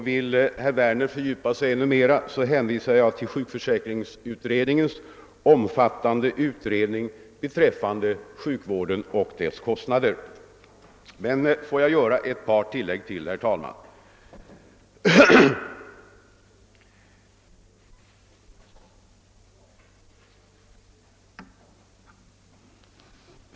Vill herr Werner fördjupa sig ännu mer, hänvisar jag till sjukförsäkringsutredningens omfattande betänkande beträffande sjukvårdskostnaderna för den enskilde. Får jag emellertid, herr talman, göra ett par tillägg.